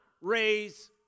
raise